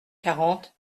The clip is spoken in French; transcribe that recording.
quarante